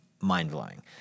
mind-blowing